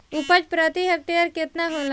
उपज प्रति हेक्टेयर केतना होला?